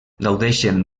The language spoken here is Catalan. gaudeixen